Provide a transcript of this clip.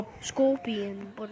Scorpion